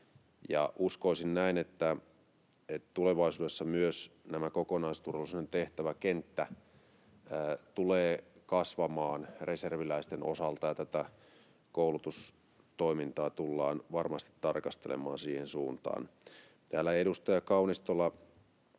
uskoisin näin, että tulevaisuudessa myös tämä kokonaisturvallisuuden tehtäväkenttä tulee kasvamaan reserviläisten osalta ja tätä koulutustoimintaa tullaan varmasti tarkastelemaan siihen suuntaan.